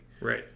Right